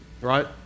right